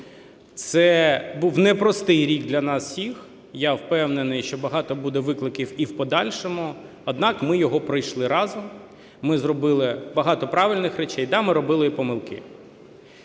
Це був непростий рік для нас всіх, я впевнений, що багато буде викликів і в подальшому, однак ми його пройшли разом. Ми зробили багато правильних речей. Да, ми робили і помилки.